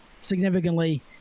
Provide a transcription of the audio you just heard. significantly